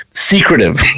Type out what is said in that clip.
Secretive